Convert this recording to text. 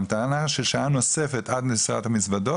יש דברים שאנחנו עושים לפנים משורת הדין,